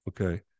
okay